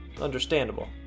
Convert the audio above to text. Understandable